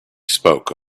spoke